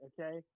okay